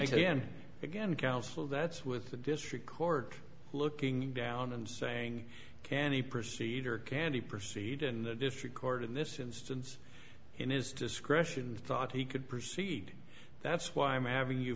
to again counsel that's with the district court looking down and saying can we proceed or candy proceed and the district court in this instance in his discretion thought he could proceed that's why i'm having you